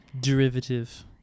derivative